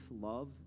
love